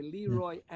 Leroy